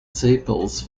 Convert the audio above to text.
sepals